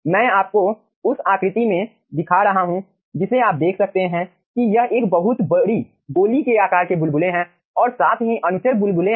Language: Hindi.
मैं आपको उस आकृति में दिखा रहा हूं जिसे आप देख सकते हैं कि यह एक बहुत बड़ी गोली के आकार के बुलबुले हैं और साथ ही अनुचर बुलबुले हैं